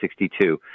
1962